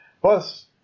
Plus